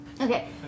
Okay